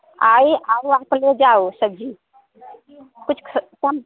आई आई आकर ले जाओ सब्ज़ी कुछ कम